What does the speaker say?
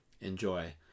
enjoy